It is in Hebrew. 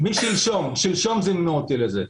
לא, משלשום, שלשום זימנו אותי לזה.